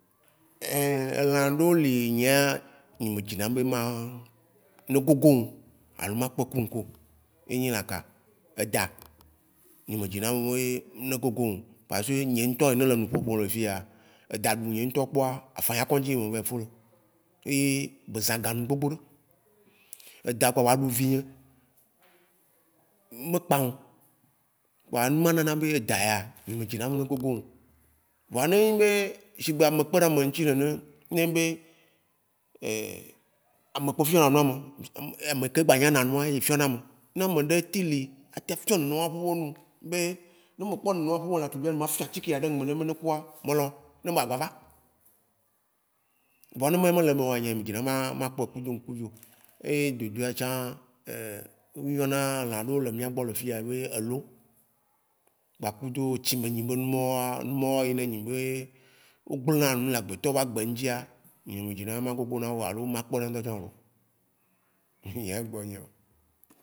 Ɛè! elã ɖewo li nye ya, nye me dzina na be ma, ne gogoŋ alo ma kpɔɛ ku ŋku o. Ye nyi lã ka? Edã. Nye me dzina be ne gogoŋ o. Pa se, nye ŋtɔ yi né le nuƒo ƒo le fiyea, edã ɖu nye ŋtɔ kpɔa, afagnan kɔ̃dzi me va yi fó ɖo. Ye be zã ga nuŋ gbogboɖe. Edã gbava ɖu vinye, me kpaŋ o. kpoa numawo nana bé edã ya, nye me dzina bé ne gogoŋ o. Voa né enyi be, shigbe ame kpeɖe ame ŋtsi nene, ne nyi be, ee. ame kpoe fiɔna nu ame, ame ke gba nyana nu ye fiɔna ame. Ne ameɖe teŋ li a teŋ fiɔ̃ nenema ƒe nu be, ne me kpɔ nenema be lã tɔgbé ma fiɔ̃ atsike ya ɖe ŋmɛ nɛ be ne kua, me lɔ̃ be ba gava. Vɔ ne ewã ya me leme, nya me dzina bé ma, ma kpɔè kudo ŋkuo. Yé de dea tsã, o yɔna lã ɖé le miagbɔ lé fiyéa be elo. Gbakudo tsimɛ nyi bé nywãwoa, numawo ne enyi be, wó gblena nu le agbetɔ be agbé ŋtsia, nye me dzina ma gogowo alo, ma kpɔna ŋtɔtsa o loo.